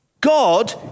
God